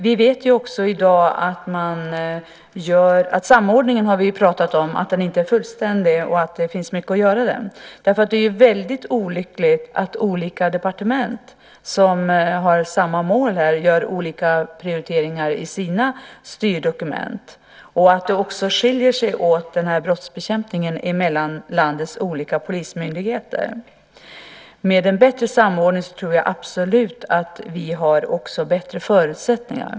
Vi vet också att samordningen inte är fullständig och att det finns mycket att göra där. Det är ju väldigt olyckligt att olika departement som har samma mål gör olika prioriteringar i sina styrdokument och att det skiljer sig åt mellan landets olika polismyndigheter när det gäller brottsbekämpningen. Med en bättre samordning tror jag absolut att vi har bättre förutsättningar.